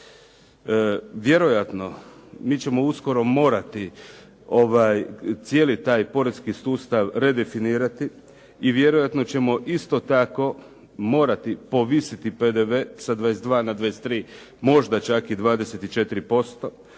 Vjerojatno, mi ćemo uskoro morati cijeli taj poreski sustav redefinirati, i vjerojatno ćemo isto tako morati povisiti PDV-a sa 22 na 23, možda i čak 24%.